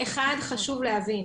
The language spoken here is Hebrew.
אחד חשוב להבין,